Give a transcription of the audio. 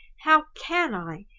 how can i?